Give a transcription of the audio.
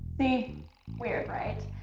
see weird right?